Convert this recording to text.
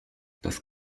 das